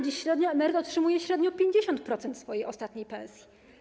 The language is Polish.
Dziś emeryt otrzymuje średnio 50% swojej ostatniej pensji.